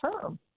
term